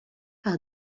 par